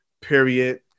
period